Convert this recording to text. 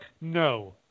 no